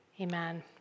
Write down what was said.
Amen